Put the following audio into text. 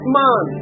man